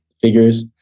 figures